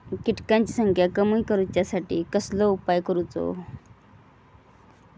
किटकांची संख्या कमी करुच्यासाठी कसलो उपाय करूचो?